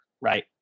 right